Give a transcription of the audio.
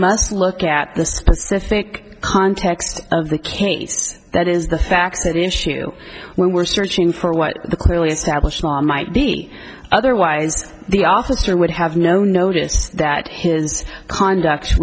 must look at the specific context of the case that is the fact that issue when we're searching for what the clearly established law might be otherwise the officer would have no notice that his conduct